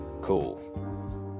cool